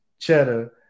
cheddar